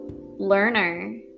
learner